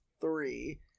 three